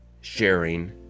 sharing